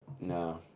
No